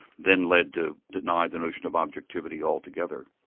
then led to deny the notion of objectivity altogether.